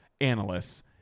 analysts